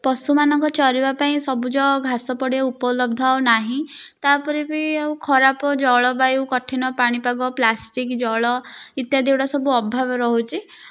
ପଶୁମାନଙ୍କ ଚରିବା ପାଇଁ ସବୁଜ ଘାସ ପଡ଼ିଆ ଉପଲବ୍ଧ ଆଉ ନାହିଁ ତାପରେ ବି ଆଉ ଖରାପ ଜଳବାୟୁ କଠିନ ପାଣିପାଗ ପ୍ଲାଷ୍ଟିକ୍ ଜଳ ଇତ୍ୟାଦି ଏଇଗୁଡା ସବୁ ଅଭାବ ରହୁଛି